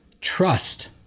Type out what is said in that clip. trust